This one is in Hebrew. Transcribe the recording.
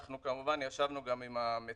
אנחנו כמובן ישבנו גם עם המציע,